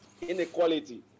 inequality